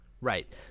Right